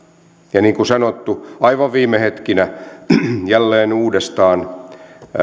ja niin kuin sanottu aivan viime hetkinä jälleen uudestaan